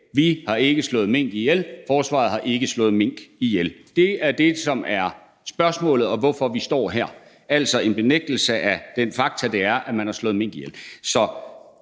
Vi har ikke slået mink ihjel; forsvaret har ikke slået mink ihjel. Det er det, som forespørgslen handler om, og det er derfor, at vi står her, altså en benægtelse af det faktum, som det er, at man har slået mink ihjel.